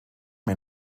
man